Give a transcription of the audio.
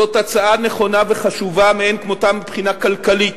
זו הצעה נכונה וחשובה מאין כמותה מבחינה כלכלית,